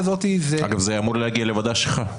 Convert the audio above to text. אגב, זה אמור להגיע לוועדה שלך.